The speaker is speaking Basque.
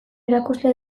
erakusle